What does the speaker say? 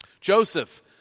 Joseph